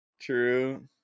True